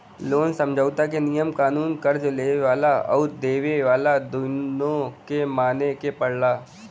loan समझौता क नियम कानून कर्ज़ लेवे वाला आउर देवे वाला दोनों के माने क पड़ला